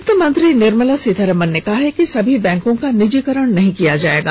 वित्तमंत्री निर्मला सीतारामन ने कहा है कि सभी बैंकों का निजीकरण नहीं किया जायेगा